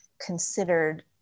considered